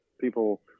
people